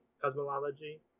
cosmology